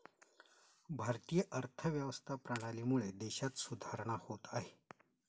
भारतीय अर्थव्यवस्था प्रणालीमुळे देशात सुधारणा होत आहे